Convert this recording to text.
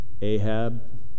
Ahab